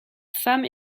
femme